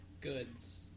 Goods